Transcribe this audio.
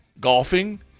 golfing